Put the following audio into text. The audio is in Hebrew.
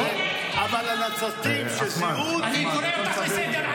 אבל הנצרתים שזיהו אותי ------ אני קורא אותך לסדר,